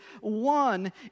one